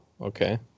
okay